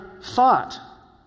thought